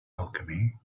alchemy